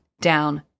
down